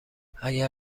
اگر